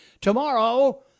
Tomorrow